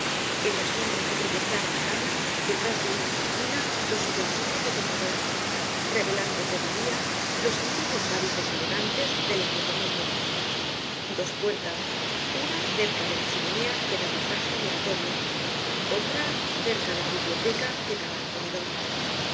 en la sombra que proyectaba la cama detrás de una cortina los utensilios de tocador revelando todavía los antiguos hábitos elegantes del hombre de mundo dos puertas una cerca de la chimenea que daba paso al oratorio otra cerca de la biblioteca que daba al comedor la